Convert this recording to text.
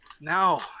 now